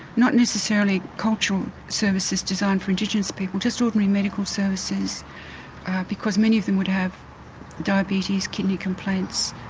not necessarily cultural services designed for indigenous people, just ordinary medical services because many of them would have diabetes, kidney complaints,